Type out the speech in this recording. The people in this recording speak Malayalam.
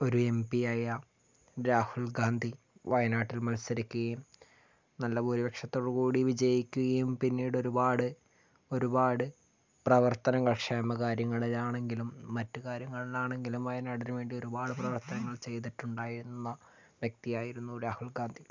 ഒരു എം പി യായ രാഹുൽ ഗാന്ധി വയനാട്ടിൽ മത്സരിക്കുകയും നല്ല ഭൂരിപക്ഷത്തോടു കൂടി വിജയിക്കുകയും പിന്നീട് ഒരുപാട് ഒരുപാട് പ്രവർത്തനങ്ങൾ ക്ഷേമ കാര്യങ്ങളിലാണെങ്കിലും മറ്റ് കാര്യങ്ങളിലാണെങ്കിലും വയനാടിന് വേണ്ടി ഒരുപാട് പ്രവർത്തനങ്ങൾ ചെയ്തിട്ടുണ്ടായിരുന്ന വ്യക്തിയായിരുന്നു രാഹുൽ ഗാന്ധി